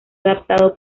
adaptado